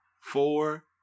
four